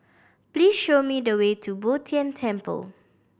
please show me the way to Bo Tien Temple